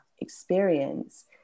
experience